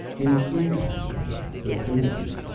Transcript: increase the twinities,